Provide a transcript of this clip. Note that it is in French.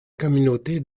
communauté